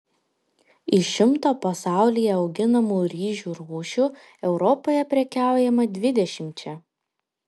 iš šimto pasaulyje auginamų ryžių rūšių europoje prekiaujama dvidešimčia